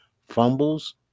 fumbles